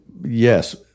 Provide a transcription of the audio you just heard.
yes